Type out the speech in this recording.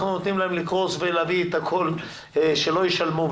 נותנים להם לקרוס ולהביא את הכול שלא ישלמו,